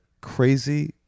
crazy